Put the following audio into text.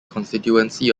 constituency